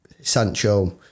Sancho